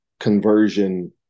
conversion